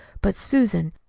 but susan,